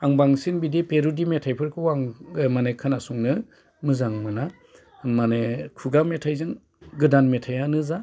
आं बांसिन बिदि पेर'डि मेथाइफोरखौ आं माने खोनासंनो मोजां मोना माने खुगा मेथाइजों गोदान मेथाइआनो जा